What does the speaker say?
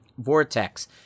Vortex